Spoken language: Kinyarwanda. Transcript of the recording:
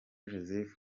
joseph